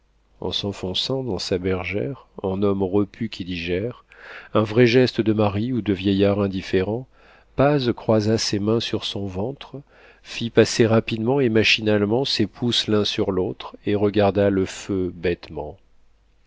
en s'enfonçant dans sa bergère en homme repu qui digère un vrai geste de mari ou de vieillard indifférent paz croisa ses mains sur son ventre fit passer rapidement et machinalement ses pouces l'un sur l'autre et regarda le feu bêtement